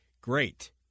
Great